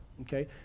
okay